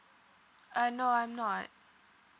uh no I'm not